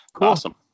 awesome